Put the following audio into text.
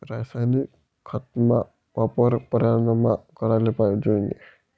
रासायनिक खतस्ना वापर परमानमा कराले जोयजे